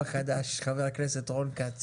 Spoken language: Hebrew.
חבר הכנסת רון כץ